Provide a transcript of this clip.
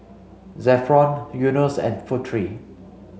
Zafran Yunos and Putri